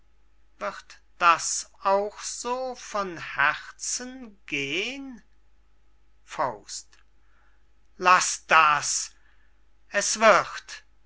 wird das auch so von herzen gehn laß das es wird